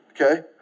okay